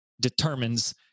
determines